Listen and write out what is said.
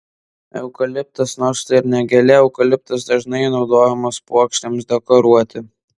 eukaliptas nors tai ir ne gėlė eukaliptas dažnai naudojamas puokštėms dekoruoti